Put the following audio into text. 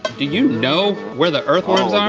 do you know where the earthworms are?